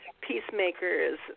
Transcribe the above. peacemakers